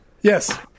yes